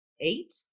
eight